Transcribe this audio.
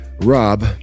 rob